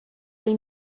they